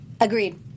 agreed